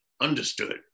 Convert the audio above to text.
understood